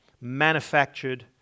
manufactured